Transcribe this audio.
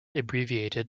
abbreviated